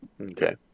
Okay